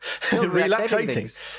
relaxating